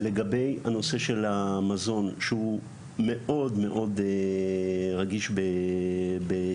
לגבי הנושא של המזון שהוא מאוד מאוד רגיש בטיולים,